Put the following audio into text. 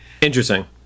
Interesting